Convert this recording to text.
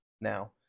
now